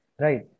right